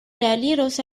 realiros